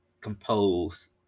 compose